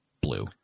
blue